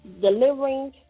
delivering